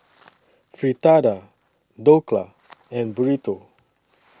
Fritada Dhokla and Burrito